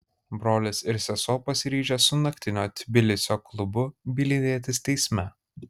brolis ir sesuo pasiryžę su naktinio tbilisio klubu bylinėtis teisme